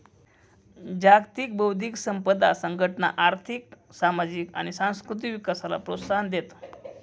जागतिक बौद्धिक संपदा संघटना आर्थिक, सामाजिक आणि सांस्कृतिक विकासाला प्रोत्साहन देते